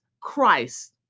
Christ